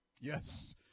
Yes